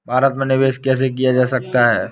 भारत में निवेश कैसे किया जा सकता है?